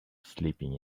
sleeping